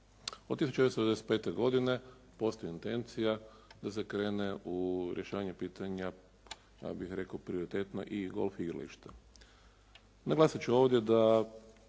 Od 1995. godine postoji intencija da se krene u rješavanje pitanja ja bih rekao prioritetno i golf igrališta. Naglasit ću ovdje da